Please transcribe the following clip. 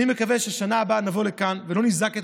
אני מקווה שבשנה הבאה נבוא לכאן ולא נזעק את